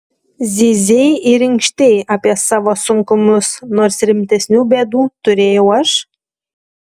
zyzei ir inkštei apie savo sunkumus nors rimtesnių bėdų turėjau aš